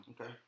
Okay